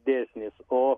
dėsnis o